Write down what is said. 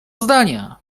zdania